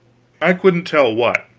i couldn't tell what